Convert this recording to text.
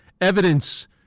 evidence